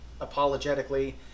apologetically